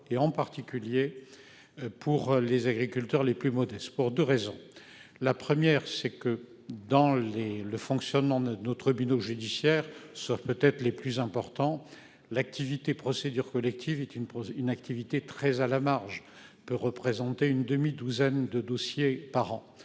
et en particulier. Pour les agriculteurs les plus modestes pour 2 raisons, la première c'est que dans les. Le fonctionnement de notre judiciaire sauf peut-être les plus importants l'activité procédure collective est une une activité très à la marge peut représenter une demi-douzaine de dossiers par an,